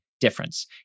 difference